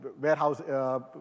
warehouse